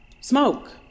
smoke